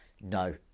no